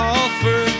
offer